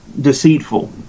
deceitful